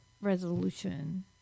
resolution